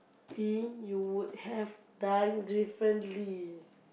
thing you would have done differently